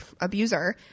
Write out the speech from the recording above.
abuser